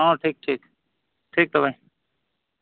ᱦᱮᱸ ᱴᱷᱤᱠ ᱴᱷᱤᱠ ᱴᱷᱤᱠ ᱛᱚᱵᱮ